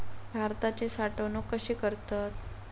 भाताची साठवूनक कशी करतत?